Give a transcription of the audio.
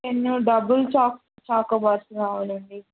ten double choco choco bars కావాలండి